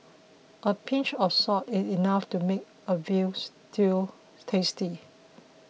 a pinch of salt is enough to make a Veal Stew tasty